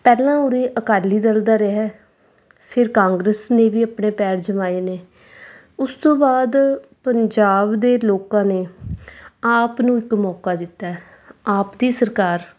ਪਹਿਲਾਂ ਉਰੇ ਅਕਾਲੀ ਦਲ ਦਾ ਰਿਹਾ ਫਿਰ ਕਾਂਗਰਸ ਨੇ ਵੀ ਆਪਣੇ ਪੈਰ ਜਮਾਏ ਨੇ ਉਸ ਤੋਂ ਬਾਅਦ ਪੰਜਾਬ ਦੇ ਲੋਕਾਂ ਨੇ ਆਪ ਨੂੰ ਇੱਕ ਮੌਕਾ ਦਿੱਤਾ ਆਪ ਦੀ ਸਰਕਾਰ